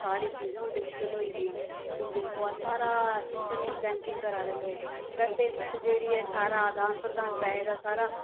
सारी चीज़ां हून डिजिटल होई दियां हून दिक्खो अस सारा सिस्टम ई बैंकिंग करा दे न लोग ते पेमेंट जेह्ड़ी ऐ सारा आदान प्रदान पैहे दा सारा